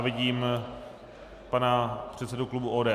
Vidím pana předsedu klubu ODS.